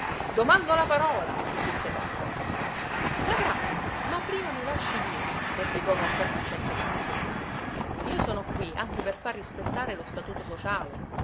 domando la parola insisté pascotti l'avrà ma prima mi lasci dire replicò con fermo accento camposoldani io sono qui anche per far rispettare lo statuto sociale